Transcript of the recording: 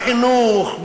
בחינוך,